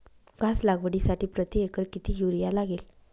घास लागवडीसाठी प्रति एकर किती युरिया लागेल?